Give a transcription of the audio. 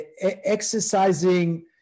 exercising